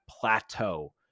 plateau